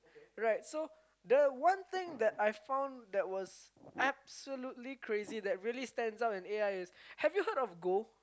right so the one thing that I found that was absolutely crazy that really stands out in A_I is have you heard of go